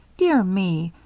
dear me!